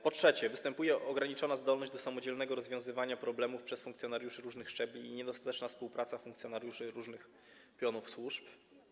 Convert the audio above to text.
Po trzecie, występuje ograniczona zdolność do samodzielnego rozwiązywania problemów przez funkcjonariuszy różnych szczebli i niedostateczna współpraca funkcjonariuszy różnych pionów służb.